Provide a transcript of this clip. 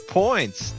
points